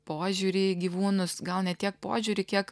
požiūrį į gyvūnus gal ne tiek požiūrį kiek